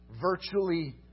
Virtually